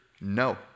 no